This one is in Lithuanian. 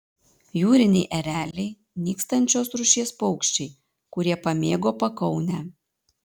jūriniai ereliai nykstančios rūšies paukščiai kurie pamėgo pakaunę